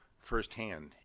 firsthand